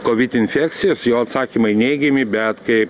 kovid infekcijos jo atsakymai neigiami bet kai